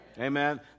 Amen